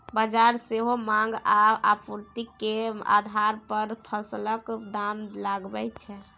बजार सेहो माँग आ आपुर्ति केर आधार पर फसलक दाम लगाबै छै